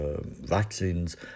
vaccines